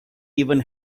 even